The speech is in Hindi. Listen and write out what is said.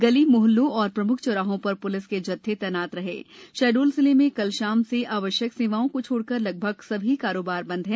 गली मोहल्लों और प्रमुख चौराहों र ्लिस के जत्थे तैनात रहे शहडोल जिले में कल शाम से आवश्यक सेवाओं को छोडकर लगभग सभी कारोबार बंद हैं